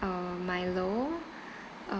uh milo